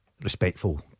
respectful